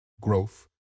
growth